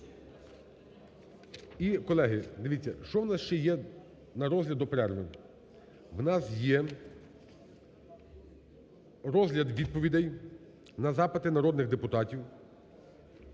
І, колеги, дивіться, що у нас ще є на розгляд до перерви? У нас є розгляд відповідей на запити народних депутатів,